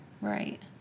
Right